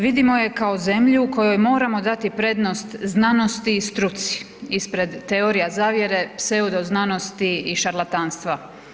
Vidimo je kao zemlju u kojoj moramo dati prednost znanosti i struci, ispred teorija zavjere, pseudoznanosti i šarlatanstva.